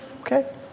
Okay